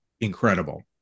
incredible